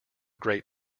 great